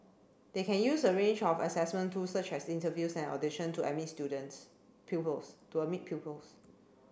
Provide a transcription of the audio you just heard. they can use a range of assessment tools such as interviews and audition to admit students pupils to admit pupils